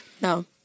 No